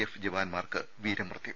F ജവാൻമാർക്ക് വീരമൃത്യു